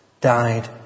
died